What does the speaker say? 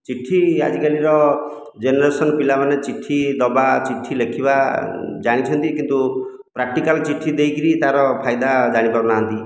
ଚିଠି ଆଜିକାଲିର ଜେନେରେସନ୍ ପିଲାମାନେ ଚିଠି ଦେବା ଚିଠି ଲେଖିବା ଜାଣିଛନ୍ତି କିନ୍ତୁ ପ୍ରାକ୍ଟିକାଲ ଚିଠି ଦେଇକରି ତାର ଫାଇଦା ଜାଣିପାରୁନାହାନ୍ତି